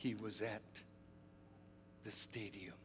he was at the stadium